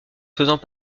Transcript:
faisant